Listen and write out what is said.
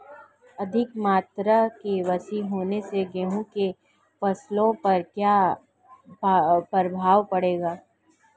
अधिक मात्रा की वर्षा होने से गेहूँ की फसल पर क्या प्रभाव पड़ेगा?